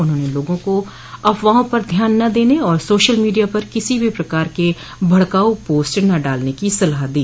उन्होंने लोगों को अफवाहों पर ध्यान न देने और सोशल मीडिया पर किसी भी प्रकार के भड़काऊ पोस्ट न डालने की सलाह दी